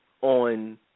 on